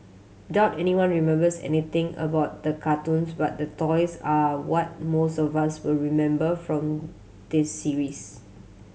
doubt anyone remembers anything about the cartoons but the toys are what most of us will remember from this series